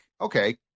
Okay